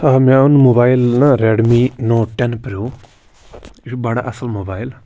آ مےٚ اوٚن موبایل نا رٮ۪ڈمی نوٹ ٹٮ۪ن پرٛو یہِ چھُ بَڑٕ اَصٕل موبایل